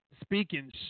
speaking